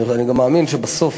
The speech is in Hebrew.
אני גם מאמין שבסוף,